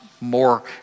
more